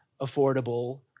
affordable